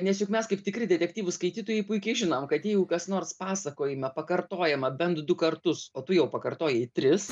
nes juk mes kaip tikri detektyvų skaitytojai puikiai žinom kad jeigu kas nors pasakojime pakartojama bent du kartus o tu jau pakartojai tris